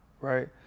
right